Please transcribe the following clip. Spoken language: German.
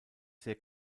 sehr